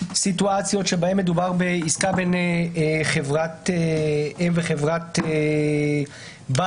סיטואציות שבהן מדובר בעסקה בין חברת אם וחברת בת.